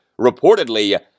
reportedly